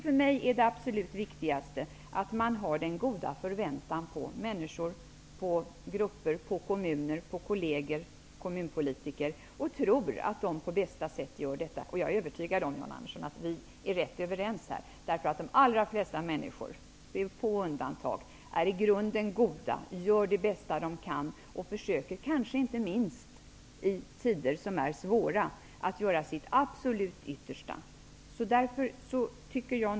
För mig är det absolut viktigaste att man har en god förväntan på människor, grupper, kommuner, kolleger och kommunpolitiker och tror att de utför detta arbete på bästa sätt. Jag är övertygad om, Jan Andersson, att vi är överens. De allra flesta människor, med få undantag, är i grunden goda, gör det bästa de kan och försöker, inte minst i svåra tider, att göra sitt absolut yttersta.